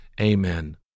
Amen